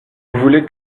voulez